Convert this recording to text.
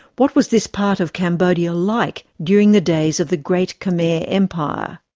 what was this part of cambodia like during the days of the great khmer empire?